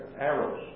arrows